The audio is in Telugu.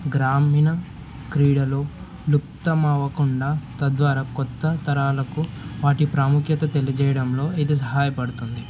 గ్రామీణ క్రీడలు లుప్తమవ్వకుండా తద్వారా కొత్త తరాలకు వాటి ప్రాముఖ్యత తెలియజేయడంలో ఇది సహాయపడుతుంది